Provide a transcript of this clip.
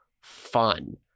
fun